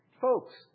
Folks